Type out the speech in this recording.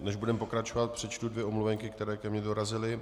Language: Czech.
Než budeme pokračovat, přečtu dvě omluvenky, které ke mně dorazily.